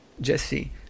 Jesse